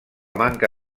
manca